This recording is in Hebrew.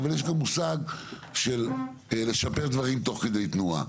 אבל יש גם מושג של לשפר דברים תוך כדי תנועה.